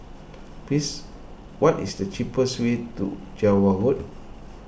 please what is the cheapest way to Java Road